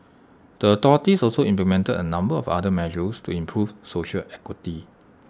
the authorities also implemented A number of other measures to improve social equity